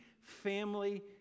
family